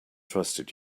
trusted